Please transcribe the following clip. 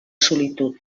solitud